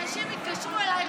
אנשים התקשרו אליי,